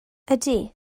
ydy